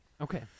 Okay